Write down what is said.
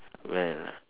well